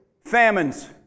famines